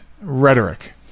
rhetoric